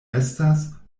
estas